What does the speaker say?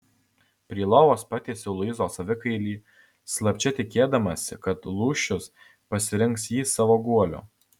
prie lovos patiesiau luizos avikailį slapčia tikėdamasi kad lūšius pasirinks jį savo guoliu